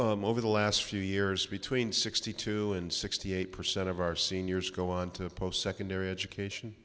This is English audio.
college over the last few years between sixty two and sixty eight percent of our seniors go on to post secondary education